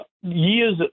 years